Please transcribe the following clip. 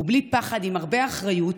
ובלי פחד, עם הרבה אחריות,